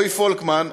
רועי פולקמן,